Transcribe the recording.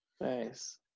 Nice